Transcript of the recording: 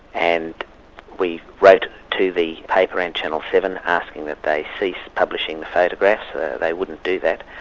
and we wrote to the paper and channel seven asking that they cease publishing the photographs they wouldn't do that,